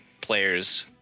players